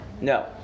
No